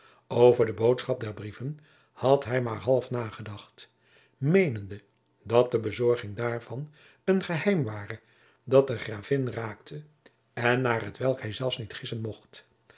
over de boodschap der brieven had hij maar half nagedacht meenende dat de bezorging daarvan een geheim ware dat de gravin raakte en naar t welk hij zelfs niet gissen mocht